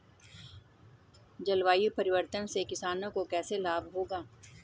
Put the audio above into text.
जलवायु परिवर्तन से किसानों को कैसे लाभ होगा?